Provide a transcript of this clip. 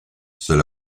c’est